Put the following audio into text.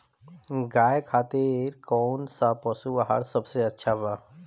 गाय खातिर कउन सा पशु आहार सबसे अच्छा बा?